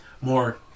more